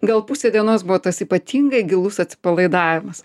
gal pusė dienos buvo tas ypatingai gilus atsipalaidavimas